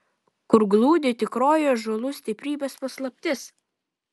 kur glūdi tikroji ąžuolų stiprybės paslaptis